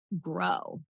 grow